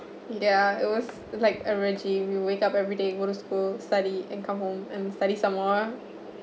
ya it was like we wake up everyday and go to school study and come home and study some more